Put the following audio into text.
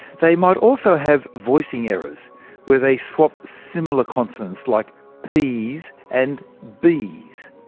they might also have voicing errors where they swap similar consonants like p's and b's.